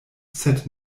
sed